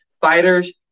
fighters